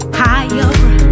higher